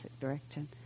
direction